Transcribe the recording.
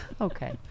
Okay